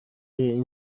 این